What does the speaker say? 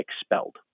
expelled